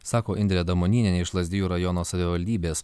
sako indrė adamonynienė iš lazdijų rajono savivaldybės